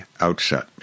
outset